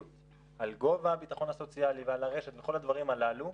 על גובה הביטחון הסוציאלי ועל הרשת וכל הדברים הללו,